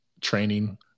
training